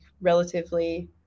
relatively